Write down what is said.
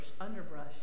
underbrush